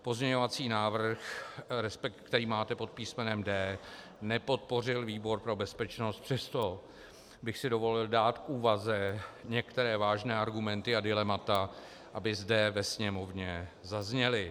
Pozměňovací návrh, který máte pod písmenem D, nepodpořil výbor pro bezpečnost, přesto bych si dovolil dát k úvaze některé vážné argumenty a dilemata, aby zde ve Sněmovně zazněly.